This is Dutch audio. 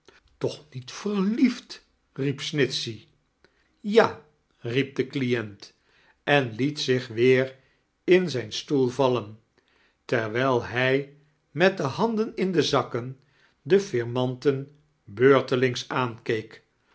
toch niet veaiiefd riep snitchey ja riep de client en liet zich weer in zijn stoel vallen terwijl hij met de handen in de zakken de fiirmanten beurtelings aankeek